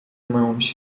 mãos